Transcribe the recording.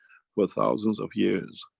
for thousands of years